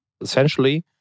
essentially